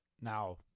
Now